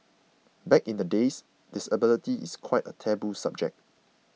back in the days disability is quite a taboo subject